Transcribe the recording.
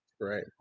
right